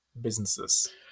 businesses